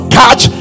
catch